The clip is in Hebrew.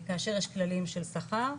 כאשר יש כללים של שכר,